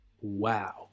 wow